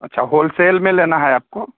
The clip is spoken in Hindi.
अच्छा होलसेल में लेना है आपको